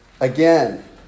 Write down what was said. Again